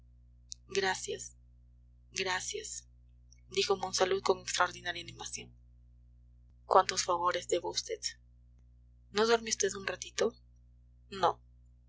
gracias gracias dijo monsalud con extraordinaria animación cuántos favores debo a vd no duerme vd un ratito no